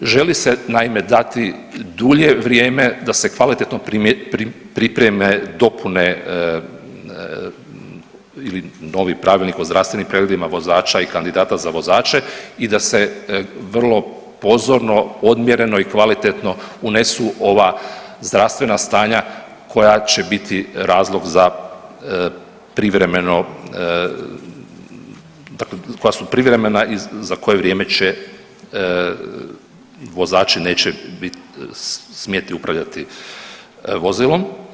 Želi se naime dati dulje vrijeme da se kvalitetno pripreme dopune ili novi pravilnik o zdravstvenim pregledima vozača i kandidata za vozače i da se vrlo pozorno, odmjereno i kvalitetno unesu ova zdravstvena stanja koja će biti razlog za privremeno, koja su privremena i za koje vrijeme će, vozači neće smjeti upravljati vozilom.